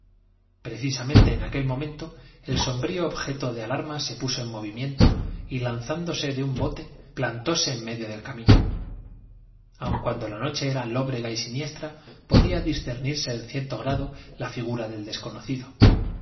precisamente en aquel momento el sombrío objeto de alarma se puso en movimiento y lanzándose de un bote plantóse en medio del camino aun cuando la noche era lóbrega y siniestra podía discernirse en cierto grado la figura del desconocido